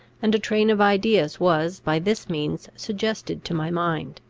and a train of ideas was by this means suggested to my mind.